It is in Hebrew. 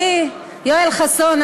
חברי יואל חסון,